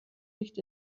nicht